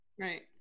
Right